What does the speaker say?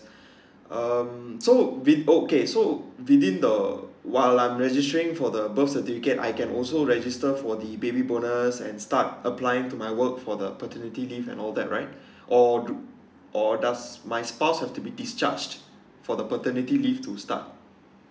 um so be okay so within the while I'm registering for the birth certificate I can also register for the baby bonus and start applying to my work for the paternity leave and all that right or do or does my spouse has to be discharged for the paternity leave to start